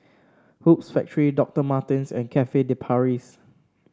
Hoops Factory Doctor Martens and Cafe De Paris